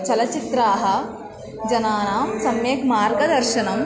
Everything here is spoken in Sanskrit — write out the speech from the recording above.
चलच्चित्राणि जनानां सम्यक् मार्गदर्शनं